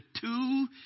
two